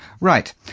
Right